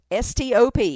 stop